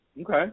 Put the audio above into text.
Okay